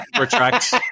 retract